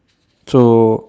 so